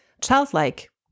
childlike